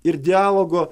ir dialogo